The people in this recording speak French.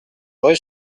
rue